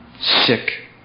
sick